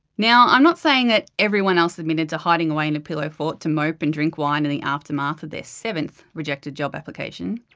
now, i'm not saying that everyone else admitted to hiding away in a pillow fort to mope and drink wine in the aftermath of their seventh rejected job application.